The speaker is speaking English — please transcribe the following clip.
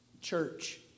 church